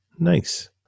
Nice